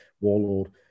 warlord